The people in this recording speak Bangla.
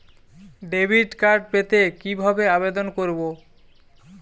ডেবিট কার্ড পেতে কি ভাবে আবেদন করব?